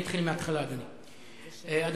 אני אתחיל מהתחלה, אדוני.